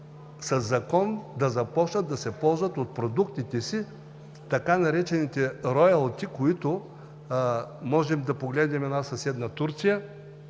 със закон да започнат да се ползват от продуктите си, така наречените royalty. Можем да погледнем съседна Турция,